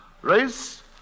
race